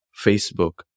Facebook